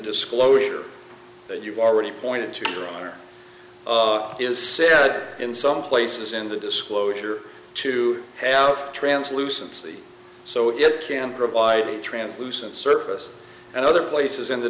disclosure that you've already pointed to is said in some places in the disclosure to translucency so it can provide a translucent surface and other places in the